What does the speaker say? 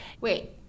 Wait